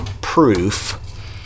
proof